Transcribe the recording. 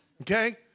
Okay